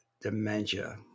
dementia